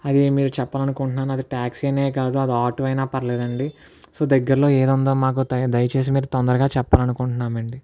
అది మీరు చెప్పాలనుకుంటునాను అది టాక్సీనే కాదు అది ఆటో అయినా పర్వాలేదండి సో దగ్గరలో ఏదుందో మాకు ద దయచేసి మీరు తొందరగా చెప్పాలి అని అనుకుంటున్నాను అం